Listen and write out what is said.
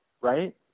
right